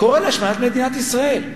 קורא להשמדת מדינת ישראל.